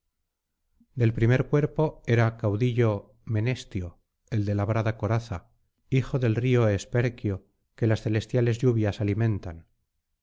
del primer cuerpo era caudillo menestio el de labrada coraza hijo del río esperquio que las celestiales lluvias alimentan